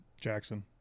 Jackson